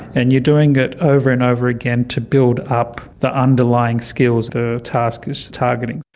and you're doing it over and over again to build up the underlying skills the task is targeting.